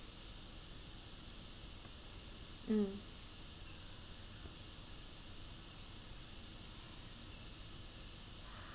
mm